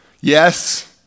Yes